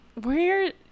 Weird